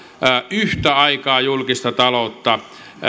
julkista taloutta